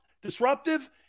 disruptive